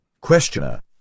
Questioner